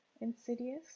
Insidious